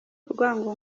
urwango